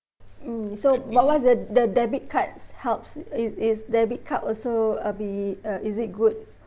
mm so what was the the debit card's helps is is debit card also uh be uh is it good